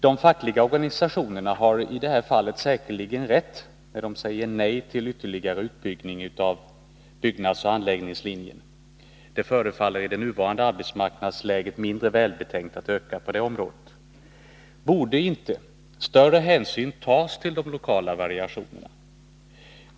De fackliga organisationerna hari det här fallet säkerligen rätt när de säger nej till ytterligare utbyggnad av byggnadsoch anläggningslinjen. Det förefaller i nuvarande arbetsmarknadsläge mindre välbetänkt att låta det bli en ökning på det området. Borde inte större hänsyn tas till de lokala variationerna?